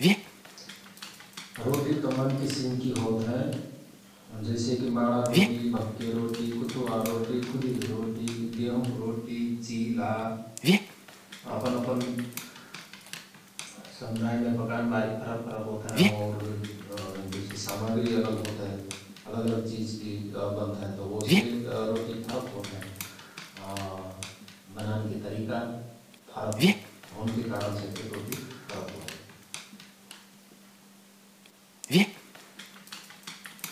रोटी तमान किसिमके होत हय । जैसे कि माणा रोटी, भक्के रोटी, कुथुवा रोटी, खुदिक रोटी, गेहुँक रोटी, चिला । अपन–अपन समुदायमे पकान बारे फरक फरक होत हयं । और जैसे समाग्री अलग होत हय अलग अलग चिझकि बन्तहयं त बोसे रोटी फरक होतहयं बनानके तरिका फरक होन के कारणसे फिर रोटी फरक होतहयं ।